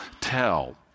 tell